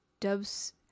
dubs